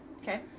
Okay